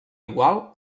igual